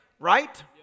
Right